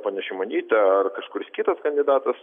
ponia šimonyte ar kažkuris kitas kandidatas